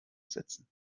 setzen